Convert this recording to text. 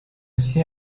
afite